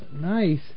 Nice